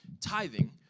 tithing